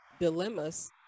dilemmas